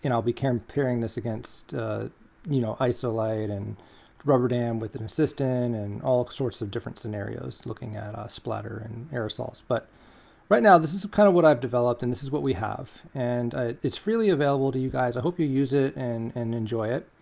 i'll be comparing this against you know, isolite and rubber dam with an assistant, and all sorts of different scenarios, looking at splatter and aerosols. but right now, this is kind of what i've developed. and this is what we have. and ah it's freely available to you guys. i hope you use it and and enjoy it.